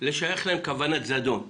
כוונה לשייך להם כוונת זדון,